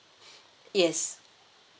yes